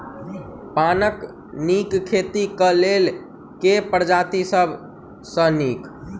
पानक नीक खेती केँ लेल केँ प्रजाति सब सऽ नीक?